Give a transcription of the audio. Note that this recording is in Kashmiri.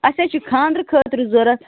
اَسہِ حَظ چھُ خانٛدرٕ خٲطرٕ ضروٗرت